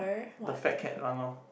the fat cat one lor